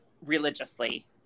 religiously